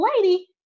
lady